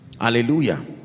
Hallelujah